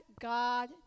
God